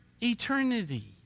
eternity